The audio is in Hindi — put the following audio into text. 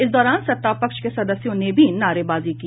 इस दौरान सत्तापक्ष के सदस्यों ने भी नारेबाजी की